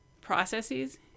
processes